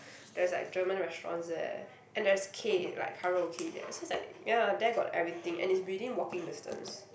there's like German restaurants there and there's K like karaoke there so it's like ya there got everything and it's within walking distance